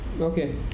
Okay